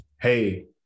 hey